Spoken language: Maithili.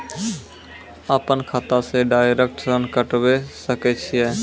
अपन खाता से डायरेक्ट ऋण कटबे सके छियै?